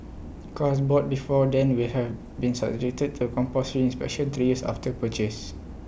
cars bought before then will have been subjected to compulsory inspections three years after purchase